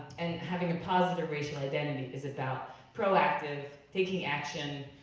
and having a positive racial identity is about proactive, taking action